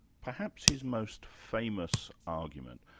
perhaps his most famous argument.